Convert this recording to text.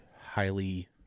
highly